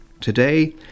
Today